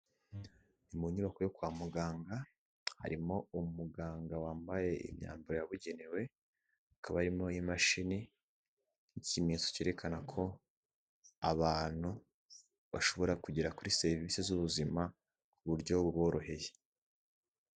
Mu nyubako yo kwa muganga, harimo umuganga wambaye imyambaro yabugenewe, hakaba harimo imashini, ni ikimenyetso kerekana ko abantu bashobora kugera kuri serivisi z'ubuzima, mu buryo buboroheye.